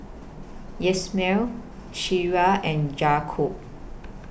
Yasmeen Ciera and Jakob